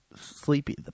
sleepy